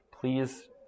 please